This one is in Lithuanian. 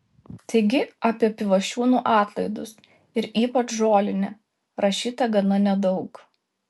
taigi apie pivašiūnų atlaidus ir ypač žolinę rašyta gana nedaug